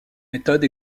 méthode